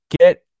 get